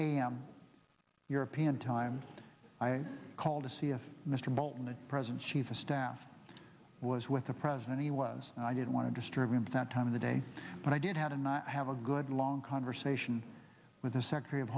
m european time i called to see if mr bolton the president's chief of staff was with the president he was and i didn't want to disturb him that time of the day but i did had and i have a good long conversation with the secretary of